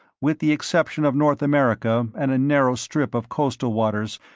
with the exception of north america and a narrow strip of coastal waters,